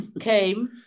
came